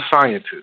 scientist